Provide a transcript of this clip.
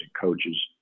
coaches